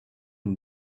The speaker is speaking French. une